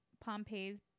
Pompey's